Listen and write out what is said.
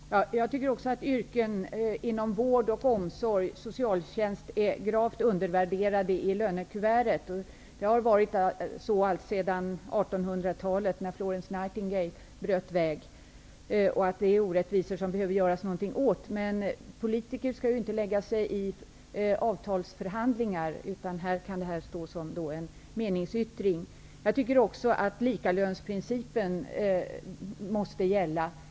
Herr talman! Jag tycker också att yrken inom vård och omsorg och socialtjänst är gravt undervärderade i lönekuvertet. Det har varit så alltsedan 1800-talet, då Florence Nightingale bröt väg. Man behöver göra något åt denna orättvisa. Politiker skall inte lägga sig i avtalsförhandlingar. Detta får därför stå som en meningsyttring. Likalönsprincipen måste gälla.